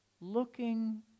looking